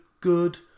good